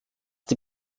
die